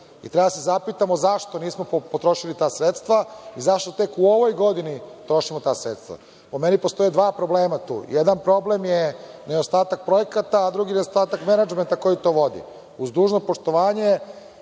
i treba da se zapitamo zašto nismo potrošili ta sredstva i zašto tek u ovoj godini trošimo ta sredstva. Po meni, postoje dva problema tu. Jedan problem je nedostatak projekata, a drugi nedostatak menadžmenta koji to vodi. Uz dužno poštovanje,